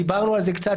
דיברנו על זה קצת,